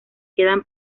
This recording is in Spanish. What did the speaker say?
quedan